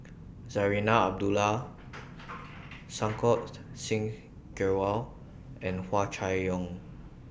Zarinah Abdullah Santokh Singh Grewal and Hua Chai Yong